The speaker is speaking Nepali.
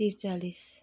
त्रिचालिस